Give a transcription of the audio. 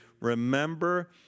remember